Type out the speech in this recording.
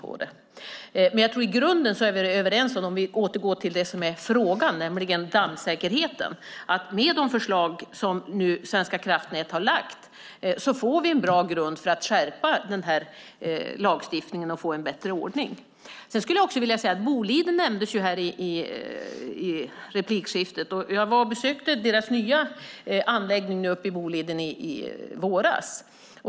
I grunden tror jag dock att vi är överens om - för att återgå till det som frågan gällde, nämligen dammsäkerheten - att med de förslag som Svenska kraftnät nu lagt fram får vi en bra grund för att kunna skärpa lagstiftningen och få en bättre ordning. Boliden nämndes i ett tidigare inlägg. I våras besökte jag deras nya anläggning i Boliden.